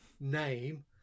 name